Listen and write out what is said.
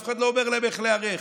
אף אחד לא אומר להם איך להיערך.